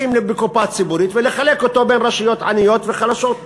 לשים בקופה ציבורית ולחלק אותו בין רשויות עניות ועשירות.